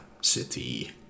city